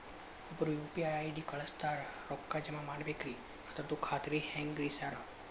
ಒಬ್ರು UPI ID ಕಳ್ಸ್ಯಾರ ರೊಕ್ಕಾ ಜಮಾ ಮಾಡ್ಬೇಕ್ರಿ ಅದ್ರದು ಖಾತ್ರಿ ಹೆಂಗ್ರಿ ಸಾರ್?